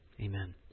amen